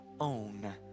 own